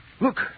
look